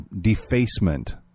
defacement